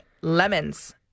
lemons